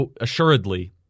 assuredly